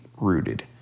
rooted